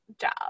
job